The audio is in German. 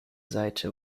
seite